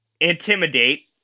intimidate